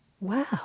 wow